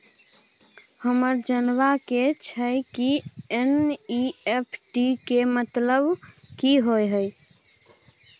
हमरा जनबा के छै की एन.ई.एफ.टी के मतलब की होए है?